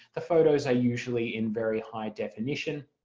the photos are usually in very high definition